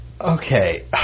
okay